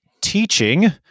teaching